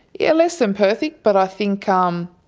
yeah less than perfect but i think um